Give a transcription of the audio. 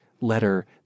letter